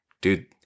dude